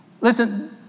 listen